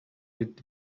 with